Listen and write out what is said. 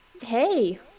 Hey